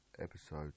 episode